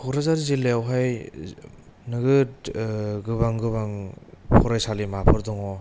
क'क्राझार जिल्लायावहाय नोगोद गोबां गोबां फरायसालिमाफोर दङ